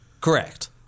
Correct